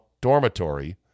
dormitory